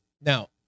Now